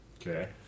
Okay